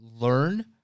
Learn